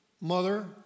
mother